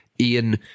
Ian